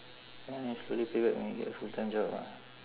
ya you slowly pay back when you get a full time job ah